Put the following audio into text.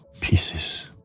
pieces